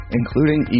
including